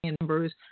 members